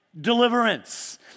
deliverance